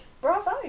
Bravo